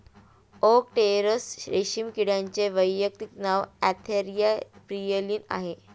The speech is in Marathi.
ओक टेसर रेशीम किड्याचे वैज्ञानिक नाव अँथेरिया प्रियलीन आहे